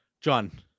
john